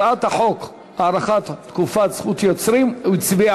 הצעת החוק עברה בקריאה טרומית ותועבר